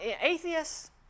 atheists